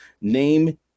name